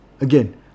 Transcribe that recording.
Again